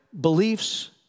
beliefs